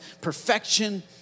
perfection